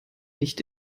nicht